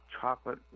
chocolate